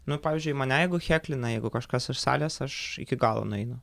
nu pavyzdžiui mane jeigu heklina jeigu kažkas iš salės aš iki galo nueinu